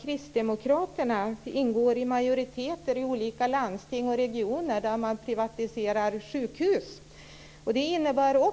Kristdemokraterna ingår i majoriteten i olika landsting och regioner där man privatiserar sjukhus. Privatiseringen innebär